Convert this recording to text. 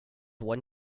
one